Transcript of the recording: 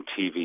TV